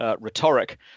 rhetoric